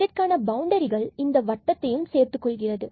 இதற்கான பவுண்டரிகள் இந்த வட்டத்தையும் சேர்த்துக் கொள்கிறது